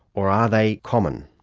or are they common?